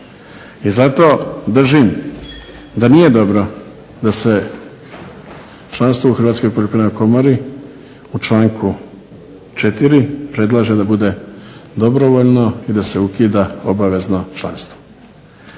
I zato držim da nije dobro da se članstvo u Hrvatskoj poljoprivrednoj komori u članku 4.predlaže da bude dobrovoljno i da se ukida obavezno članstvo.